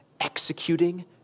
executing